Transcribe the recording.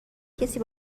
کسی